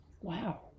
wow